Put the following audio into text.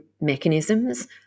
mechanisms